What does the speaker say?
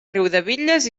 riudebitlles